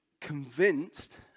convinced